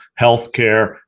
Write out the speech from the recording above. Healthcare